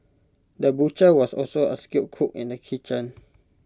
the butcher was also A skilled cook in the kitchen